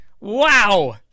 Wow